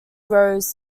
rose